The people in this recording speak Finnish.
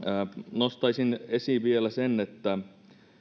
nostaisin esiin vielä sen että